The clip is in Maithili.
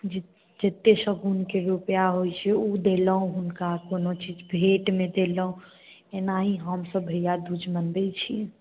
जे जतेक शगुनके यऽ रुपआ होयत छै ओ देलहुँ हुनका समक्ष किछु भेटमे देलहुँ एनाही हमसब भैआदूज मनबैत छी